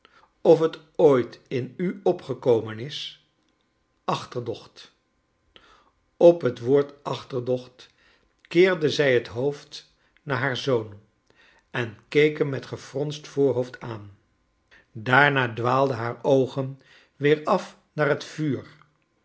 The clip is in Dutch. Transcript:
of het ooit in u opgekomen is achterdocht op het woord achterdocht keerde zij het hoofd naar haar zoon en keek hem met gefronst voorhoofd aan daarna dwaalden haar oogen weer af naar het vuur